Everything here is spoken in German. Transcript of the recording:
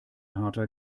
harter